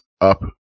up